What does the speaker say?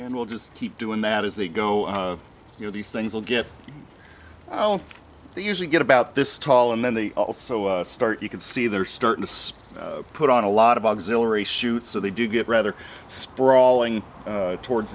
and we'll just keep doing that as they go you know these things will get they usually get about this tall and then they also start you can see they're starting to spot put on a lot of auxiliary shoots so they do get rather sprawling towards